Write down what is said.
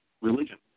religion